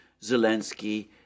Zelensky